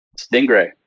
Stingray